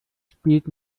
spielt